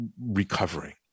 recovering